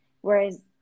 Whereas